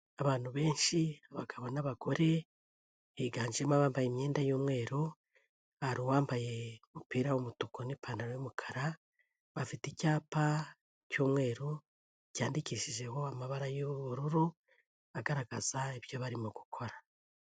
Abantu benshi abagabo n'abagore, biganjemo abambaye imyenda y'umweru. Hari uwambaye umupira w'umutuku n'ipantaro y'umukara. Bafite icyapa cy'umweru cyandikishijeho amabara y'ubururu agaragaza ibyo barimo gukora.